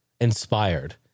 inspired